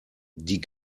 die